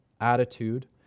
attitude